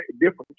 different